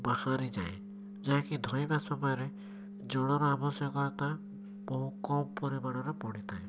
ବାହାରିଯାଏ ଯାହାକି ଧୋଇବା ସମୟରେ ଜଳର ଆବଶ୍ୟକତା ଖୁବ କମ ପରିମାଣରେ ପଡ଼ିଥାଏ